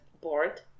board